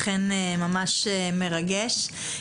אכן ממש מרגש.